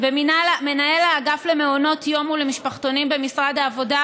ומנהל האגף למעונות יום ולמשפחתונים במשרד העבודה,